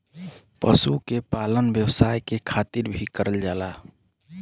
पशु के पालन व्यवसाय के खातिर भी करल जाला